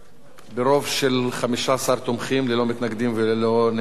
ברוב של 15 תומכים, ללא מתנגדים וללא נמנעים,